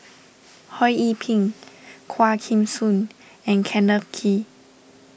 Ho Yee Ping Quah Kim Song and Kenneth Kee